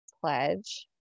Pledge